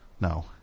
no